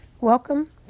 Welcome